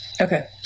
Okay